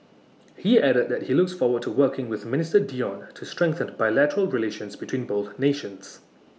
he added that he looks forward to working with minister Dion to strengthen bilateral relations between both nations